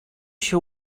się